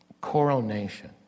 coronation